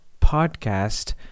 podcast